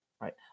right